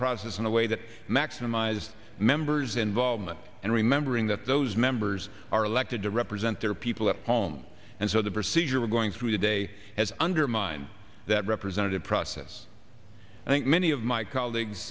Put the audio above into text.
process in a way that maximize members involvement and remembering that those members are elected to represent their people at home and so the procedure we're going through today has undermined that representative process i think many of my colleagues